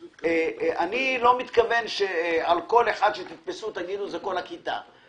אני לא מתכוון שעל כל אחד שתתפסו תגידו שזה כל הכיתה,